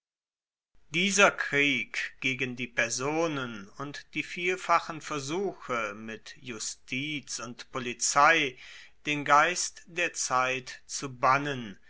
dieser krieg gegen die personen und die vielfachen versuche mit justiz und polizei den geist der zeit zu bannen